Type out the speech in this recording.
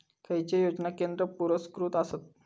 खैचे योजना केंद्र पुरस्कृत आसत?